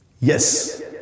Yes